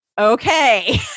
okay